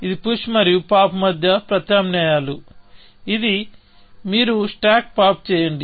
ఇది పుష్ మరియు పాప్ మధ్య ప్రత్యామ్నాయాలు మీరు స్టాక్ పాప్ చేయండి